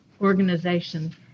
organization